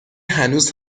هنوز